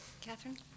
Catherine